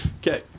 Okay